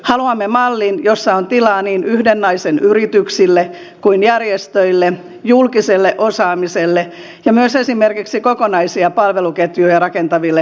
haluamme mallin jossa on tilaa niin yhden naisen yrityksille kuin järjestöille julkiselle osaamiselle ja myös esimerkiksi kokonaisia palveluketjuja rakentaville hoivayrityksille